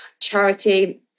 charity